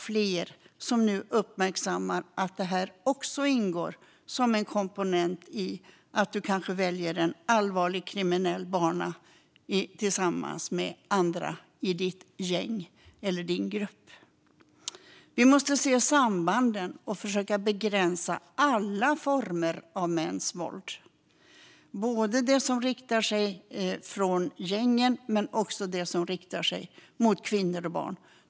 Fler uppmärksammar att detta kan ingå som en komponent i att välja en allvarlig kriminell bana tillsammans med andra i ditt gäng eller din grupp. Vi måste se sambanden och försöka begränsa alla former av mäns våld, både det som riktar sig från gängen och det som riktar sig mot kvinnor och barn.